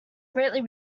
greatly